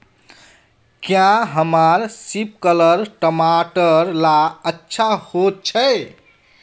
क्याँ हमार सिपकलर टमाटर ला अच्छा होछै?